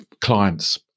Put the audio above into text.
clients